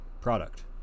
product